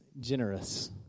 generous